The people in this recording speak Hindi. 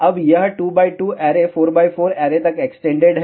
अब यह 2 x 2 ऐरे 4x4 ऐरे तक एक्सटेंडेड है